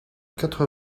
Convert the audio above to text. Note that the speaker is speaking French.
quatre